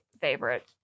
favorite